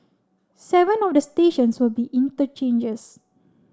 seven of the stations will be interchanges